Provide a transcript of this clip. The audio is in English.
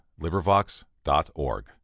LibriVox.org